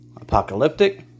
Apocalyptic